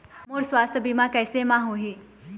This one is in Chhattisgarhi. मोर सुवास्थ बीमा कैसे म होही?